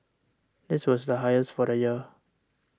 this was the highest for the year